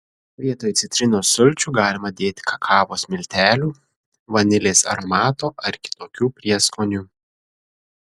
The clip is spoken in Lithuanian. vietoj citrinos sulčių galima dėti kakavos miltelių vanilės aromato ar kitokių prieskonių